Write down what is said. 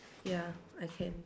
ya I can